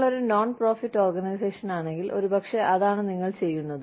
നിങ്ങളൊരു non profit ഓർഗനൈസേഷനാണെങ്കിൽ ഒരുപക്ഷേ അതാണ് നിങ്ങൾ ചെയ്യുന്നത്